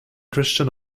christian